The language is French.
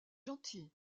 gentil